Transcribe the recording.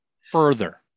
further